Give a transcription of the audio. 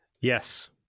yes